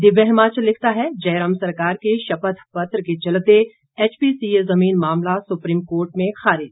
दिव्य हिमाचल लिखता है जयराम सरकार के शपथ पत्र के चलते एचपीसीए जमीन मामला सुप्रीम कोर्ट में खारिज